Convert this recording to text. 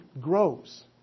grows